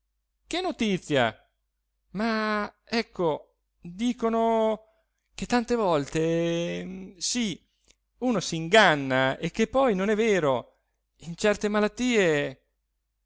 che notizia ma ecco dicono che tante volte sì uno si inganna e che poi non è vero in certe malattie